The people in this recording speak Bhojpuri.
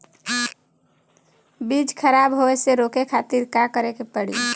बीज खराब होए से रोके खातिर का करे के पड़ी?